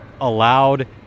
allowed